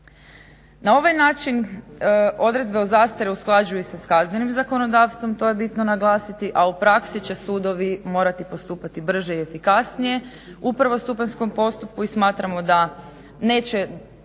Na ovaj način odredbe o zastari usklađuju se s kaznenim zakonodavstvom, to je bitno naglasiti, a u praksi će sudovi morati postati brže i efikasnije u prvostupanjskom postupku i smatramo da ovo